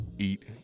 eat